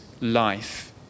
life